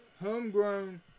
homegrown